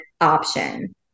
option